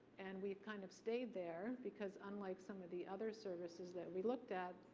and we've kind of stayed there, because unlike some of the other services that we looked at,